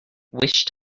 wish